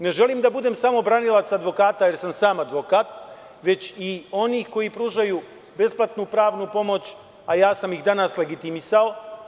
Ne želim da budem samo branilac advokata, jer sam sam advokat, već i onih koji pružaju besplatnu pravnu pomoć, a ja sam ih danas legitimisao.